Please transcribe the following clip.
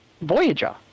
Voyager